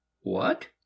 What